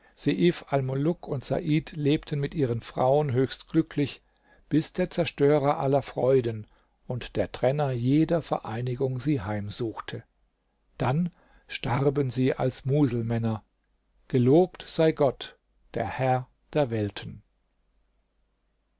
und said lebten mit ihren frauen höchst glücklich bis der zerstörer aller freuden und der trenner jeder vereinigung sie heimsuchte dann starben sie als muselmänner gelobt sei gott der herr der welten